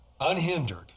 unhindered